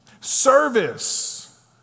Service